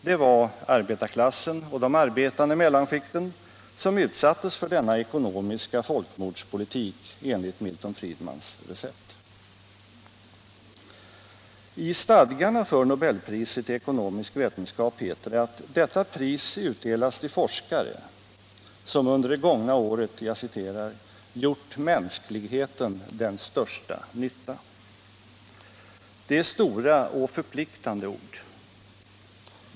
Det var arbetarklassen och de arbetande mellanskikten som utsattes för denna ekonomiska folkmordspolitik enligt Milton Friedmans recept. I stadgarna för nobelpriset i ekonomisk vetenskap heter det att detta pris utdelas till forskare som under det gångna året ”gjort mänskligheten den största nytta”. Det är stora och förpliktande ord.